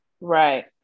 right